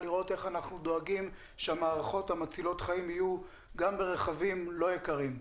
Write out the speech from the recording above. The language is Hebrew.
לראות איך אנחנו דואגים שהמערכות מצילות חיים יהיו גם ברכבים לא יקרים,